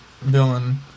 villain